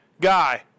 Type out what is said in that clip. Guy